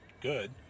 good